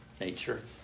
Nature